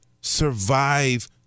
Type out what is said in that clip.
survive